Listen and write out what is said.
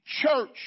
church